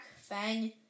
fang